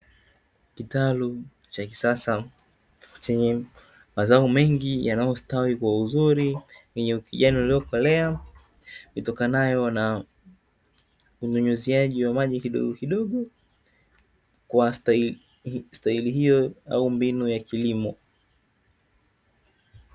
Kitalu cha kisasa chenye mazao mengi yanayostawi kwa uzuri wenye ukijani uliokolea, itokanayo na unyunyuziaji wa maji kidogo kidogo kwa staili hiyo au mbinu ya kilimo.